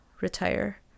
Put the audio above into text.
retire